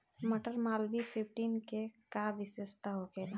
मटर मालवीय फिफ्टीन के का विशेषता होखेला?